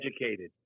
educated